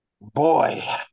Boy